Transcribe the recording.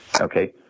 Okay